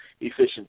efficiency